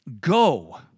Go